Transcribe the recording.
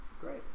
great